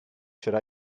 should